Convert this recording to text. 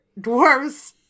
dwarves